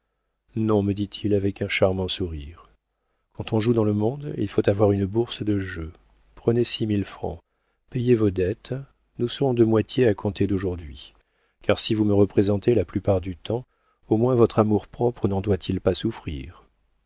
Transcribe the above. non me dit-il avec un charmant sourire quand on joue dans le monde il faut avoir une bourse de jeu prenez six mille francs payez vos dettes nous serons de moitié à compter d'aujourd'hui car si vous me représentez la plupart du temps au moins votre amour-propre n'en doit-il pas souffrir